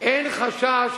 אין חשש,